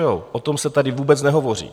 O tom se tady vůbec nehovoří.